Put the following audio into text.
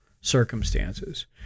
circumstances